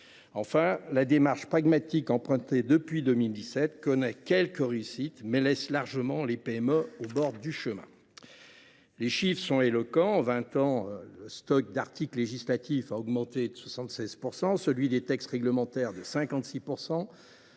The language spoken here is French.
Enfin, la démarche pragmatique empruntée depuis 2017 connaît certes quelques réussites, mais elle laisse largement les PME au bord du chemin. Les chiffres sont éloquents : en vingt ans, le stock d’articles législatifs a augmenté de 76 %, celui des textes réglementaires de 56 %.